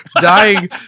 dying